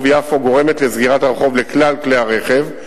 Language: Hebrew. יפו גורמת לסגירת הרחוב לכלל כלי הרכב.